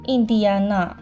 Indiana